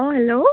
অঁ হেল্ল'